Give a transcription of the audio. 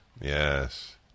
yes